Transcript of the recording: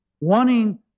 wanting